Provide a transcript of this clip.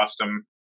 custom